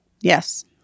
Yes